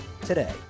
today